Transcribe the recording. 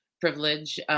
privilege